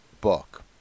Book